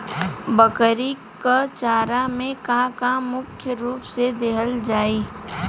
बकरी क चारा में का का मुख्य रूप से देहल जाई?